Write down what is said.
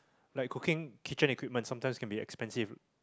like cooking kitchen equipment sometimes can be expensive